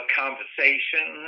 conversation